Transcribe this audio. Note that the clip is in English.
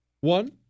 One